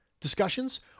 discussions